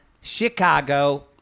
Chicago